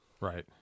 Right